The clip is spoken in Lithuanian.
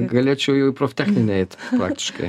galėčiau jau į proftechninę eit praktiškai